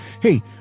hey